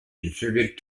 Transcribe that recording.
inserted